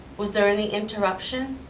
was there any interruption?